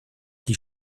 die